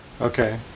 Okay